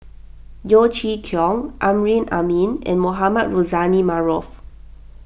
Yeo Chee Kiong Amrin Amin and Mohamed Rozani Maarof